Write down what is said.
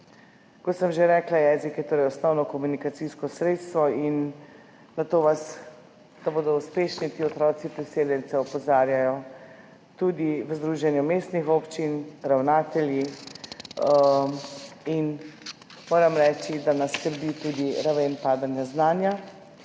Kot sem že rekla, jezik je osnovno komunikacijsko sredstvo in na to vas, da bodo uspešni ti otroci priseljencev opozarjajo, tudi v Združenju mestnih občin, ravnatelji. Moram reči, da nas skrbi tudi raven padanja znanja,